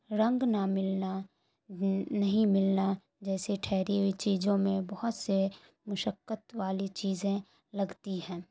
رنگ نہ ملنا نہیں ملنا جیسے ٹھہری ہوئی چیزوں میں بہت سے مشقت والی چیزیں لگتی ہیں